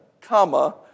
comma